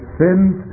sins